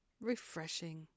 Refreshing